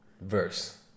Verse